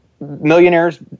millionaires